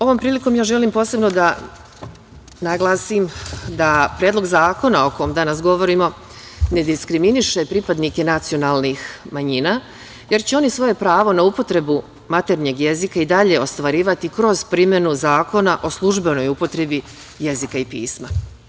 Ovom prilikom želim posebno da naglasim da predlog zakona o kom danas govorimo ne diskriminiše pripadnike nacionalnih manjina, jer će oni svoje pravo na upotrebu maternjeg jezika i dalje ostvarivati kroz primenu Zakona o službenoj upotrebi jezika i pisma.